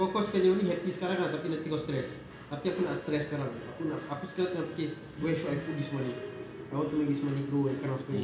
kau kau spend your money sekarang tapi nanti kau stress tapi aku nak stress sekarang aku nak aku sekarang tengah fikir where should I put this money I want to make this money grow that kind of things